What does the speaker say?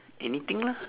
anything lah